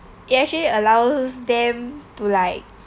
it actually allows them to like